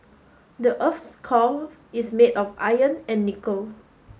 the earth's core is made of iron and nickel